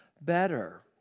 better